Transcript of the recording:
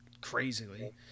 crazily